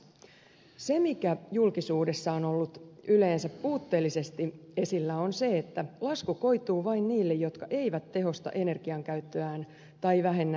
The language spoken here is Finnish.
se mikä julkisuudessa on ollut yleensä puutteellisesti esillä on se että lasku koituu vain niille jotka eivät tehosta energiankäyttöään tai vähennä energiankulutustaan